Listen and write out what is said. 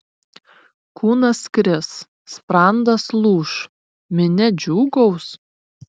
kūnas kris sprandas lūš minia džiūgaus